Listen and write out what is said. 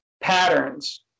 patterns